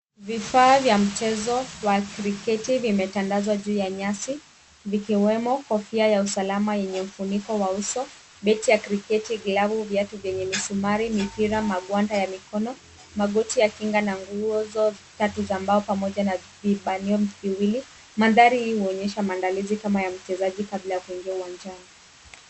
Vifaa vya mchezo wa cricket vimetandazwa juu ya nyasi vikiwemo kofia ya usalama yenye ufuniko wa uso, begi ya cricket ,viatu, glavu zenye misumari, mipira, magwanda ya mikono, magoti ya kinga na nguzo kati ya mbao pamoja na vibanio viwili. Mandhari hii huonyesha maandalizi kama ya mchezaji kabla ya kuingia uwanjani.